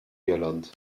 irland